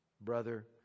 Brother